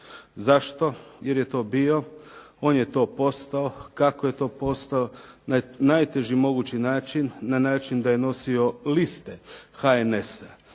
Zašto? Jer je to bio, on je to postao. Kako je to postao, na najteži mogući način, na način da je nosio liste HNS-a.